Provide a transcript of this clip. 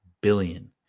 billion